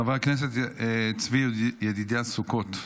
חבר הכנסת צבי ידידיה סוכות,